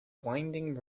winding